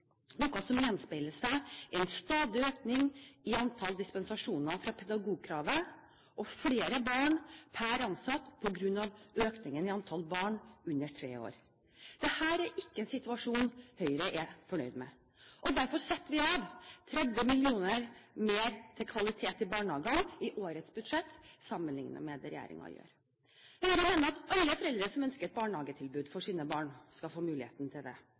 noe som gjenspeiles i en stadig økning i antall dispensasjoner fra pedagogkravet og flere barn per ansatt på grunn av økningen i antall barn under tre år. Dette er ikke en situasjon Høyre er fornøyd med. Derfor setter vi av 30 mill. kr mer til kvalitet i barnehagene i årets budsjett sammenlignet med det regjeringen gjør. Høyre mener at alle foreldre som ønsker et barnehagetilbud for sine barn, skal få muligheten til det.